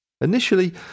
Initially